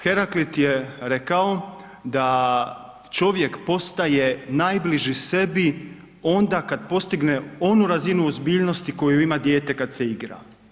Heraklit je rekao da čovjek postaje najbliži sebi onda kad postigne onu razinu ozbiljnosti koju ima dijete kad se igra.